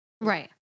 Right